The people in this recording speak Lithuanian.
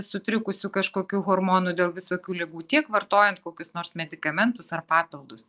sutrikusių kažkokių hormonų dėl visokių ligų tiek vartojant kokius nors medikamentus ar papildus